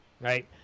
right